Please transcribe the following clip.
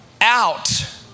out